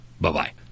Bye-bye